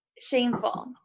shameful